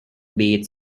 beats